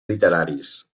literaris